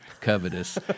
covetous